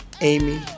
Amy